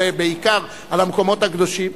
ובעיקר על המקומות הקדושים,